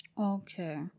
Okay